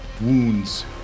wounds